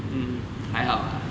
mm mm 还好啦